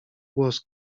głos